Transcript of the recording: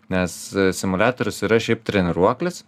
nes simuliatorius yra šiaip treniruoklis